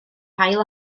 hail